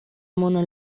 mona